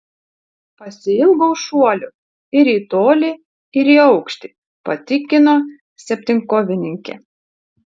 pasiilgau šuolių ir į tolį ir į aukštį patikino septynkovininkė